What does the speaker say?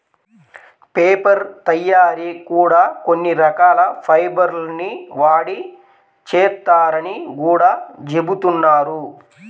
paper తయ్యారీ కూడా కొన్ని రకాల ఫైబర్ ల్ని వాడి చేత్తారని గూడా జెబుతున్నారు